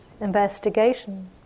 investigation